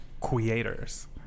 creators